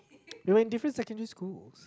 they went different secondary schools